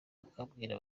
bakambwira